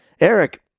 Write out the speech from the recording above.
Eric